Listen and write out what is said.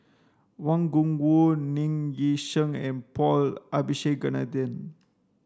Wang Gungwu Ng Yi Sheng and Paul Abisheganaden